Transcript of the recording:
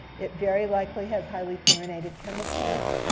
it very likely has highly fluorinated chemicals.